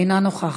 אינה נוכחת,